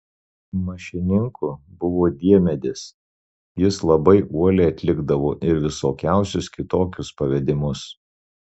mašininku buvo diemedis jis labai uoliai atlikdavo ir visokiausius kitokius pavedimus